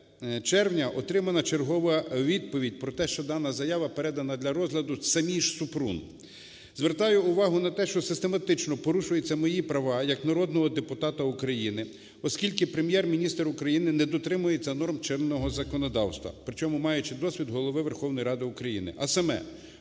червня отримана чергова відповідь про те, що дана заява передана для розгляду самій ж Супрун. Звертаю увагу на те, що систематично порушуються мої права як народного депутата України, оскільки Прем'єр-міністр України не дотримується норм чинного законодавства, при чому маючи досвід Голови Верховної Ради України. А саме: